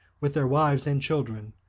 with their wives and children,